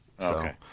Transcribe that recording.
Okay